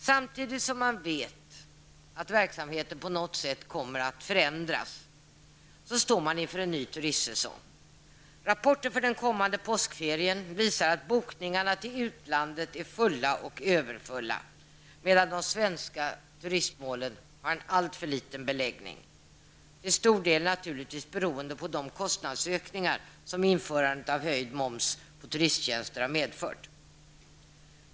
Samtidigt som man vet att verksamheten på något sätt kommer att förändras, står man inför en ny turistsäsong. Rapporter för den kommande påskferien visar att bokningarna till utlandet är fulla och överfulla medan de svenska turistmålen har en alltför liten beläggning. Till stor del beror detta naturligtvis på de kostnadsökningar som införandet av höjd moms på turisttjänster har medfört.